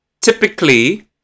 typically